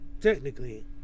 technically